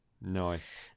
Nice